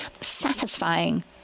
satisfying